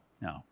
no